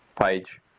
page